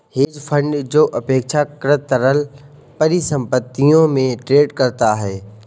hedge fund जो अपेक्षाकृत तरल परिसंपत्तियों में ट्रेड करता है